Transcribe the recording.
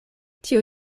tiu